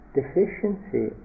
deficiency